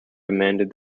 demanded